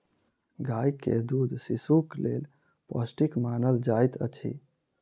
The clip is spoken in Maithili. गाय के दूध शिशुक लेल पौष्टिक मानल जाइत अछि